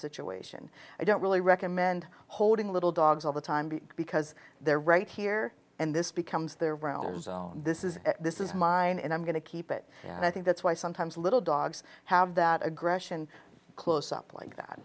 situation i don't really recommend holding little dogs all the time be because they're right here and this becomes their rounds own this is this is mine and i'm going to keep it and i think that's why sometimes a little dogs have that aggression close up like that